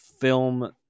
film